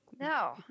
No